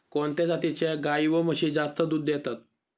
कोणत्या जातीच्या गाई व म्हशी जास्त दूध देतात?